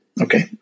okay